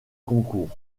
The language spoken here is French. concours